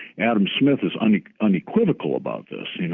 adam smith is and unequivocal about this.